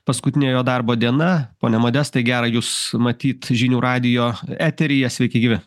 paskutinė jo darbo diena pone modestai gera jus matyt žinių radijo eteryje sveiki gyvi